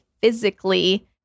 physically